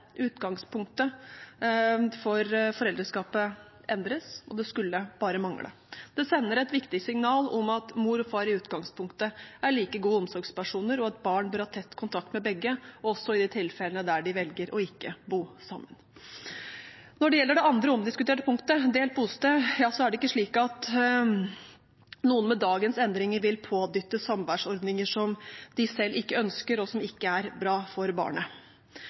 Utgangspunktet for foreldreskapet endres, og det skulle bare mangle. Det sender et viktig signal om at mor og far i utgangspunktet er like gode omsorgspersoner, og at barn bør ha tett kontakt med begge, også i de tilfellene der de velger ikke å bo sammen. Når det gjelder det andre omdiskuterte punktet, delt bosted, er det ikke slik at noen med dagens endringer vil pådyttes samværsordninger som de selv ikke ønsker, og som ikke er bra for barnet.